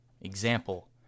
example